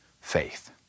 faith